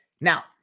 Now